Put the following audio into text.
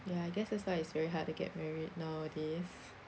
ya I guess that's why it's very hard to get married nowadays